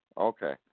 okay